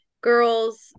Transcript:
girls